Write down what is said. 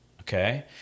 Okay